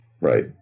right